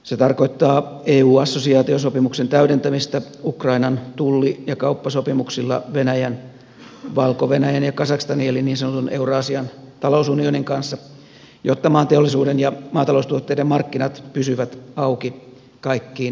se tarkoittaa eu assosiaatiosopimuksen täydentämistä ukrainan tulli ja kauppasopimuksilla venäjän valko venäjän ja kazakstanin eli niin sanotun euraasian talousunionin kanssa jotta maan teollisuuden ja maataloustuotteiden markkinat pysyvät auki kaikkiin ilmansuuntiin